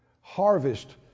Harvest